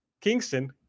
Kingston